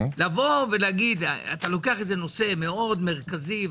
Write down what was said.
אתה לוקח נושא מאוד מרכזי,